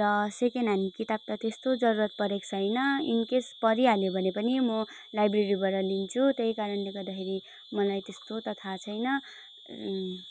र second hand किताब त त्यस्तो जरुरत परेको छैन इन केस परिहाल्यो भने पनि म लाइब्रेरीबाट लिन्छु त्यही कारणले गर्दाखेरि मलाई त्यस्तो त थाह छैन